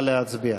נא להצביע.